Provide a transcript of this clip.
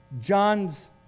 John's